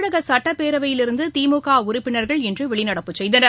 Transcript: தமிழக சட்டப்பேரவையிலிருந்து திமுக உறுப்பினர்கள் இன்று வெளிநடப்பு செய்தனர்